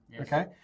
Okay